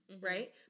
right